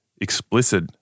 explicit